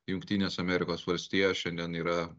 jungtinės amerikos valstijos šiandien yra